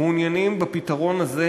מעוניינים בפתרון הזה,